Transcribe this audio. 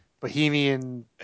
bohemian